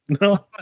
No